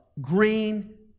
green